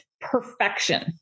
perfection